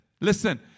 listen